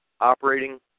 operating